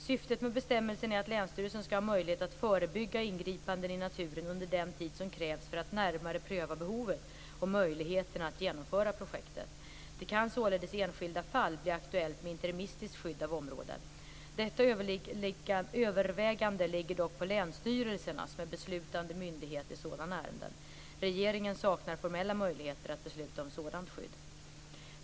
Syftet med bestämmelsen är att länsstyrelsen skall ha möjlighet att förebygga ingripanden i naturen under den tid som krävs för att närmare pröva behovet och möjligheterna att genomföra projektet. Det kan således i enskilda fall bli aktuellt med interimistiskt skydd av områden. Detta övervägande ligger dock på länsstyrelserna, som är beslutande myndighet i sådana ärenden. Regeringen saknar formella möjligheter att besluta om sådant skydd.